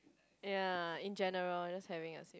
ya in general just having us